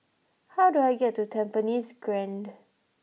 how do I get to Tampines Grande